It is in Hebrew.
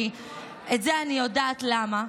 כי את זה אני יודעת למה,